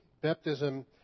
Baptism